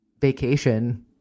vacation